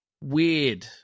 Weird